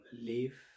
live